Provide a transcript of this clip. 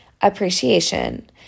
appreciation